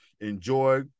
enjoy